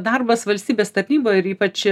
darbas valstybės tarnyboj ir ypač